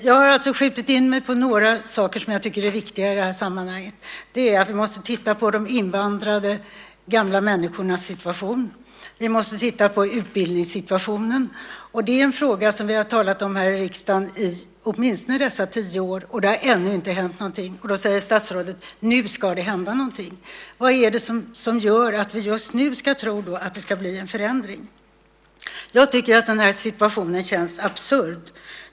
Jag har alltså skjutit in mig på några saker som jag tycker är viktiga i det här sammanhanget. Det är att vi måste titta på de invandrade gamla människornas situation och att vi måste titta på utbildningssituationen. Det är en fråga som vi har talat om här i riksdagen i åtminstone tio år, och det har ännu inte hänt någonting. Då säger statsrådet: Nu ska det hända någonting. Men vad är det som gör att vi just nu ska tro att det ska bli en förändring? Jag tycker att den här situationen känns absurd.